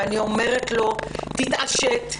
ואני אומרת לו: תתעשת,